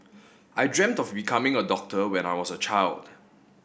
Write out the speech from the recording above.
I dreamt of becoming a doctor when I was a child